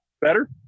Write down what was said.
Better